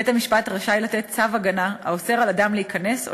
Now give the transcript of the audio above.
בית-המשפט רשאי לתת צו הגנה האוסר על אדם להיכנס או